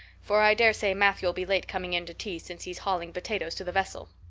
for i daresay matthew ll be late coming in to tea since he's hauling potatoes to the vessel.